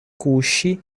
kuŝi